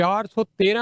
413